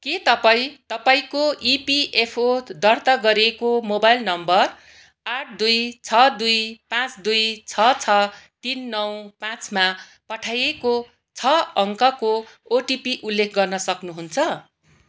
के तपाईँ तपाईँको इपिएफओ दर्ता गरिएको मोबाइल नम्बर आठ दुई छ दुई पाँच दुई छ छ तिन नौ पाँचमा पठाइएको छ अङ्कको ओटिपी उल्लेख गर्न सक्नुहुन्छ